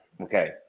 okay